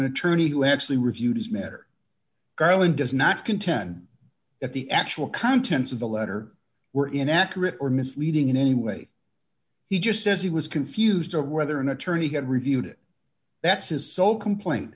attorney who actually reviewed as mr garland does not contend that the actual contents of the letter were inaccurate or misleading in any way he just says he was confused over whether an attorney had reviewed it that's his sole complaint